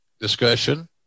discussion